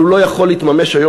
אבל הוא לא יכול להתממש היום,